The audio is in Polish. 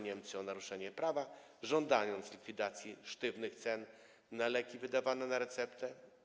Niemcy o naruszenie prawa, żądając likwidacji sztywnych cen na leki wydawane na receptę.